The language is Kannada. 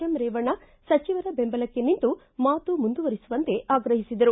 ಎಮ್ ರೇವಣ್ಣ ಸಚಿವರ ಬೆಂಬಲಕ್ಕೆ ನಿಂತು ಮಾತು ಮುಂದುವರಿಸುವಂತೆ ಆಗ್ರಹಿಸಿದರು